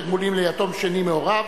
תגמולים ליתום משני הוריו),